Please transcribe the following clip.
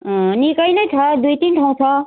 निकै नै छ दुई तिन ठाउँ छ